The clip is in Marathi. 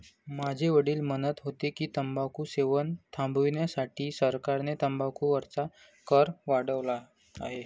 माझे वडील म्हणत होते की, तंबाखू सेवन थांबविण्यासाठी सरकारने तंबाखू वरचा कर वाढवला आहे